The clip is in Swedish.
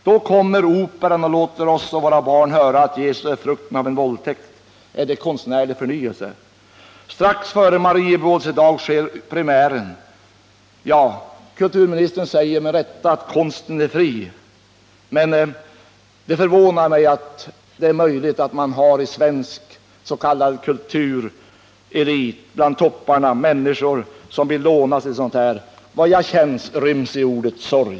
Då kommer Operan och låter oss och våra barn höra att Jesus är frukten av en våldtäkt. Är det konstnärlig förnyelse? Strax före Marie Bebådelsedag sker premiären. Kulturministern säger med rätta att konsten är fri, men det förvånar mig att man inom den svenska s.k. kultureliten, bland topparna, har människor som vill låna sig till sådant här. Vad jag känner ryms i ordet sorg.